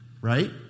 Right